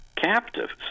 captives